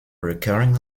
recurring